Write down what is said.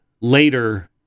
later